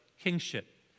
Kingship